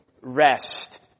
rest